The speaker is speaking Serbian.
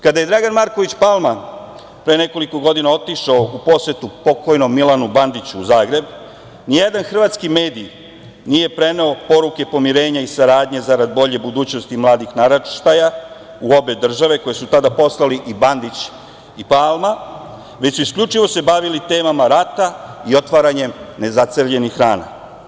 Kada je Dragan Marković Palma pre nekoliko godina otišao u posetu pokojnom Milanu Bandiću u Zagreb, nijedan hrvatski mediji nije preneo poruke pomirenja i saradnje zarad bolje budućnosti i mladih naraštaja u obe države koje su tada poslali i Bandić i Palma, već su se isključivo bavili temama rata i otvaranjem nezaceljenih rana.